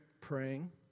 praying